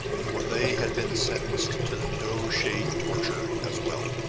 for they had been sentenced to the no shade torture, as well